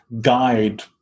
guide